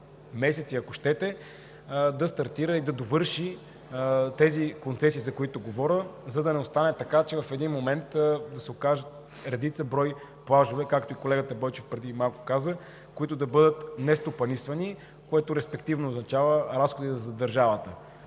месеци, ако щете, да стартира и довърши тези концесии, за които говоря, за да не стане така, че в един момент да се окажат редица плажове, както колегата Бойчев каза преди малко, които да бъдат нестопанисвани. Това респективно означава разходи за държавата.